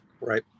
Right